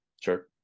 Sure